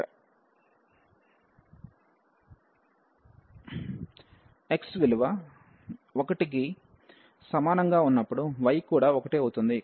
x విలువ 1 కి సమానంగా ఉన్నప్పుడు y కూడా 1 అవుతుంది